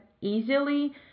easily